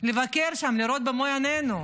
לבקר שם, לראות במו עינינו.